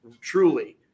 truly